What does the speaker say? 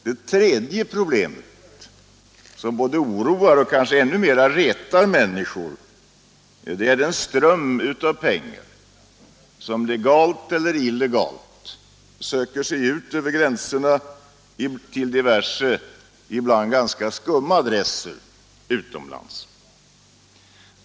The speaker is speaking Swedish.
Det tredje problemet som både oroar och kanske ännu mera retar människor är den ström av pengar som legalt eller illegalt söker sig ut över gränserna till diverse ibland ganska skumma adresser utomlands.